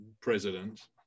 president